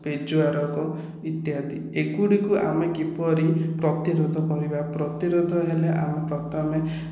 ପେଜୁଆ ରୋଗ ଇତ୍ୟାଦି ଏଗୁଡ଼ିକୁ ଆମେ କିପରି ଆମେ ପ୍ରତିରୋଧ କରିବା ପ୍ରତିରୋଧ ହେଲେ ଆମେ ପ୍ରଥମେ